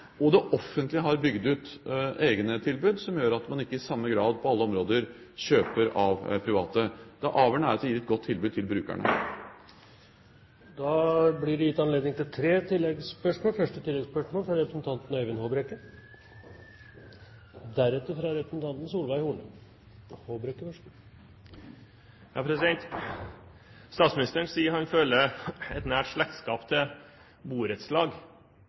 og det offentlige har bygd ut egne tilbud som gjør at man ikke i samme grad på alle områder kjøper av private. Det avgjørende er at vi gir et godt tilbud til brukerne. Det blir gitt anledning til tre oppfølgingsspørsmål – først Øyvind Håbrekke. Statsministeren sier han føler et nært slektskap til borettslag. Jeg ville ikke finne på å antyde at statsministeren kunne ha vært vaktmester i et